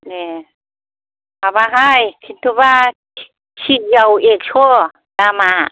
ए माबाहाय खिन्थुबा के जिआव एक्स' दामा